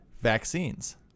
vaccines